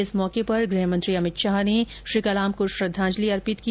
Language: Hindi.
इस मौके पर गृहमंत्री अमित शाह ने कलाम को श्रद्वांजलि अर्पित की